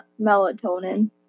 melatonin